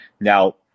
Now